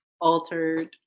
altered